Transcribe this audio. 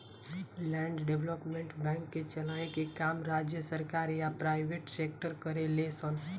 land development bank के चलाए के काम राज्य सरकार या प्राइवेट सेक्टर करेले सन